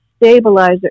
stabilizer